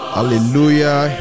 Hallelujah